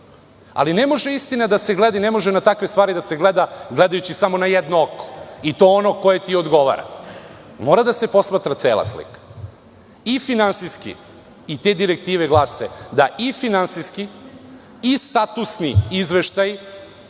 Ne može istina da se gleda i ne može na takve stvari da se gleda gledajući samo na jedno oko i to ono koje ti odgovara. Mora da se posmatra cela slika, i finansijski i te direktive glase i finansijski i statusni izveštaj